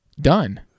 done